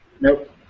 Nope